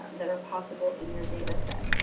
um that are possible in your data set.